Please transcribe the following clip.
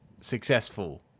successful